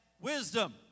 Wisdom